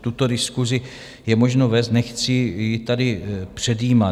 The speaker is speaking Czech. Tuto diskusi je možno vést, nechci ji tady předjímat.